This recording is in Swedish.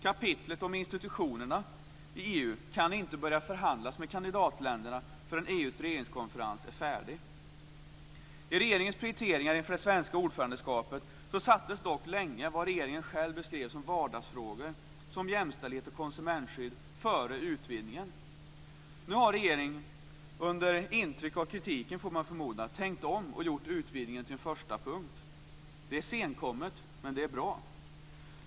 Kapitlet om institutionerna i EU kan det inte börja förhandlas om med kandidatländerna förrän EU:s regeringskonferens är färdig. I regeringens prioriteringar inför det svenska ordförandeskapet sattes dock länge vad regeringen själv beskrev som vardagsfrågor, jämställdhet och konsumentskydd, före utvidgningen. Nu har regeringen - under intryck av kritiken, får man förmoda - tänkt om och gjort utvidgningen till en första punkt. Det är senkommet men bra.